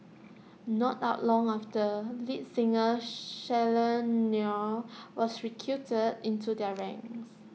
not out long after lead singer Shirley Nair was recruited into their ranks